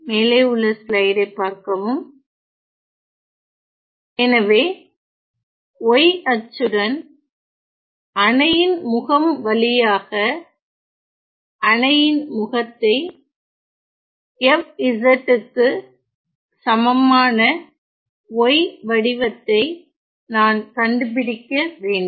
மேலே உள்ள ஸ்லைடைப் பார்க்கவும் எனவே y அச்சுடன்அணையின் முகம் வழியாக அணையின் முகத்தை f z க்கு சமமான y வடிவத்தை நான் கண்டுபிடிக்க வேண்டும்